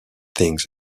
things